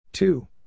Two